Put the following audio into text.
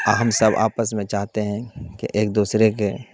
اور ہم سب آپس میں چاہتے ہیں کہ ایک دوسرے کے